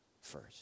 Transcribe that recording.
first